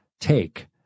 take